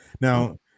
Now